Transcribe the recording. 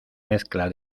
mezcla